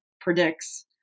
predicts